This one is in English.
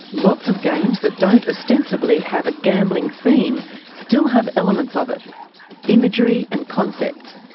lots of games that don't ostensibly have a gambling theme still have elements of it imagery and concepts.